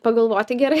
pagalvoti gerai